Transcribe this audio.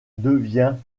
devient